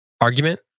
argument